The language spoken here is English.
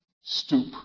Stoop